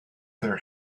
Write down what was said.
their